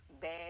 bad